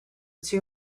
two